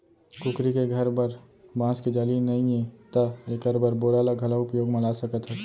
कुकरी के घर बर बांस के जाली नइये त एकर बर बोरा ल घलौ उपयोग म ला सकत हस